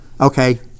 Okay